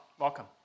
welcome